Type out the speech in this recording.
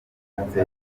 baturutse